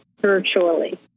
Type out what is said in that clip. virtually